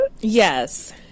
yes